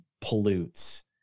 pollutes